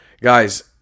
guys